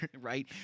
Right